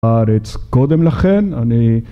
הארץ קודם לכן אני